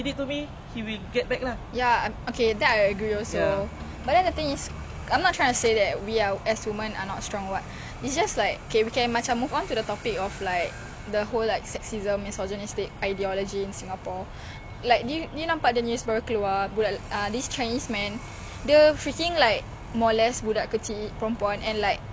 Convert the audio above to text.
dia freaking like molest budak kecil perempuan and like upskirt and then he just got like seven months probation the thing is macam kalau nak cakap pasal sexual cases like harassment kat singapore the government just like turns a blind eye towards it like why is the system so whack